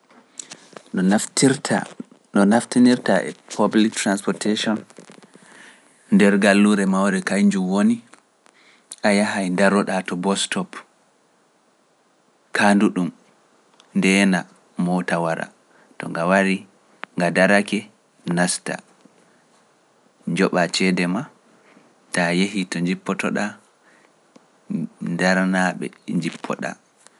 No naftirta, no naftinirta e public transportation nder galluure mawre kay njum woni, a yahay ndaroɗaa to bus stop, kaandu ɗum, ndeena, mawta wara, to nga wari, nga darake, nasta, njoɓa ceede ma, taa yehi to njippotoɗaa, daranaa ɓe njippoɗaa.